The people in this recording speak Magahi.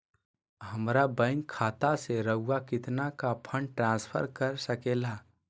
हमरा बैंक खाता से रहुआ कितना का फंड ट्रांसफर कर सके ला?